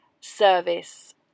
service